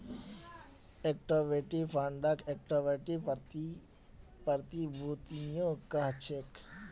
equity फंडक equity प्रतिभूतियो कह छेक